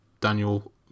Daniel